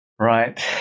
Right